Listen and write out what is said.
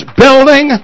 building